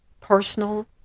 personal